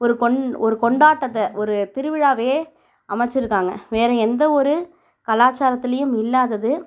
ஒரு கொண் ஒரு கொண்டாட்டத்தை ஒரு திருவிழாவையே அமைச்சிருக்காங்க வேறு எந்த ஒரு கலாச்சாரத்திலேயும் இல்லாதது